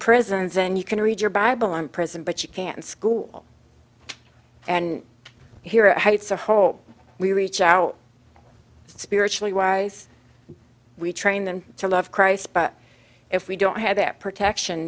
prisons and you can read your bible in prison but you can school and here it's a whole we reach out spiritually wise we train them to love christ but if we don't have that protection